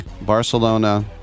Barcelona